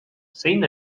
zein